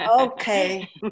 Okay